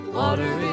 water